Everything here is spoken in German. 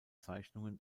zeichnungen